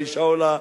והאשה עולה,